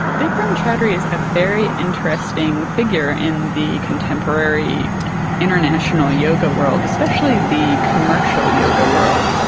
bikram choudhury is a very interesting figure in the contemporary international yoga world, especially the commercial yoga world.